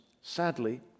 sadly